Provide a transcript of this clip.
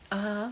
(uh huh) !huh!